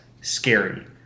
scary